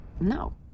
No